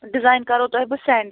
design کَرہو تۄہہِ بہٕ سیٚنٛڈ